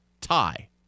tie